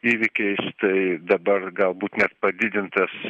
įvykiais tai dabar galbūt net padidintas